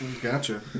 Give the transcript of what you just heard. Gotcha